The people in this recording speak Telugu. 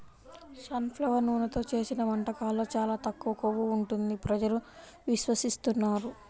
సన్ ఫ్లవర్ నూనెతో చేసిన వంటకాల్లో చాలా తక్కువ కొవ్వు ఉంటుంది ప్రజలు విశ్వసిస్తున్నారు